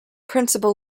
principal